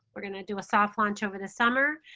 we're going to do a soft launch over the summer.